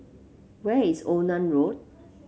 where is Onan Road